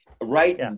Right